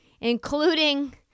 Including